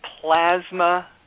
plasma